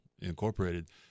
Incorporated